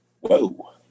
Whoa